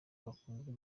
bakunzwe